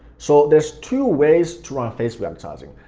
so there's two ways to run a facebook advertising,